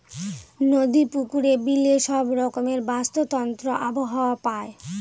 নদী, পুকুরে, বিলে সব রকমের বাস্তুতন্ত্র আবহাওয়া পায়